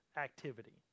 activity